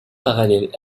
parallèle